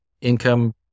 income